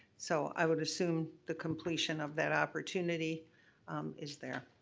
so i would assume the completion of that opportunity is there.